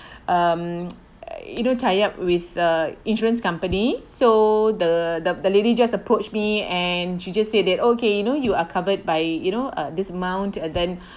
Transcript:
um you know tie up with the insurance company so the the the lady just approach me and she just say that okay you know you are covered by you know uh this amount and then